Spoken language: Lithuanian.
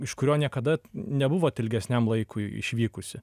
iš kurio niekada nebuvot ilgesniam laikui išvykusi